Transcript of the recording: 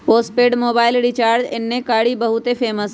postpaid mobile recharge एन्ने कारि बहुते फेमस हई